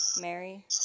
Mary